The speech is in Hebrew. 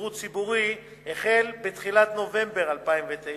שירות ציבורי החל בתחילת נובמבר 2009,